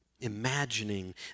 imagining